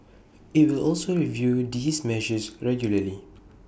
IT will also review these measures regularly